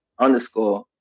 underscore